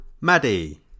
Maddie